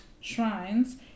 shrines